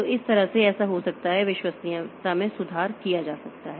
तो इस तरह से यह ऐसा हो सकता है विश्वसनीयता में सुधार किया जा सकता है